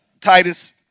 Titus